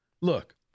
Look